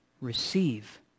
receive